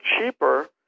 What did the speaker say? cheaper